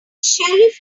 sheriff